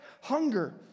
hunger